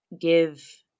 give